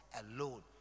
alone